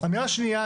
אמירה שנייה,